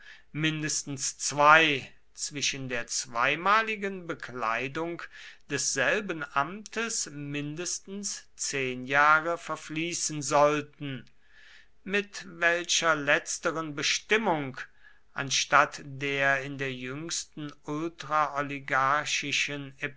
mindestens zwei zwischen der zweimaligen bekleidung desselben amtes mindestens zehn jahre verfließen sollten mit welcher letzteren bestimmung anstatt der in der jüngsten